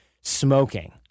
Smoking